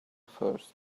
first